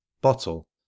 Bottle